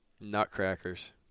Nutcrackers